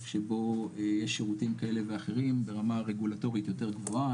שבו יש שירותים כאלה ואחרים ברמה רגולטורית יותר גבוהה,